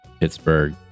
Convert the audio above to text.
Pittsburgh